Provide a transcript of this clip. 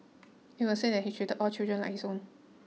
it was said that he treated all children like his own